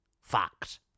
Fact